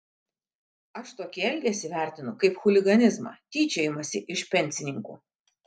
aš tokį elgesį vertinu kaip chuliganizmą tyčiojimąsi iš pensininkų